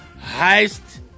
heist